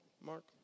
Mark